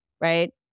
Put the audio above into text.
right